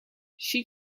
she